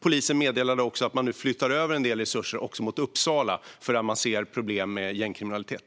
Polisen meddelade också att man nu flyttar över en del resurser mot Uppsala, där man ser problem med gängkriminalitet.